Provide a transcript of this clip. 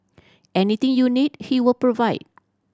anything you need he will provide